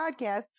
podcast